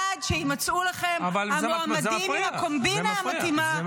עד שיימצאו לכם המועמדים לקומבינה המתאימה ----- אבל זה מפריע.